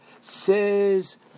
Says